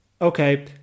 okay